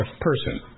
person